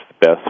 best